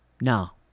Now